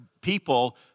people